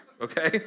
okay